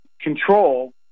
control